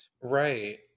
right